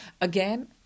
Again